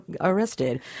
arrested